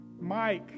Mike